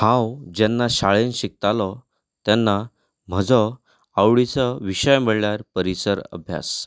हांव जेन्ना शाळेंत शिकतालों तेन्ना म्हजो आवडीचो विशय म्हणल्यार परिसर अभ्यास